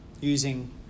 using